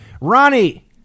ronnie